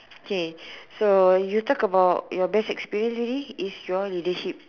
okay so you talk about your best experience already is your leadership